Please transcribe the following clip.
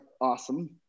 awesome